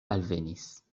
alvenis